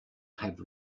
had